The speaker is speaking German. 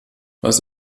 was